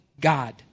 God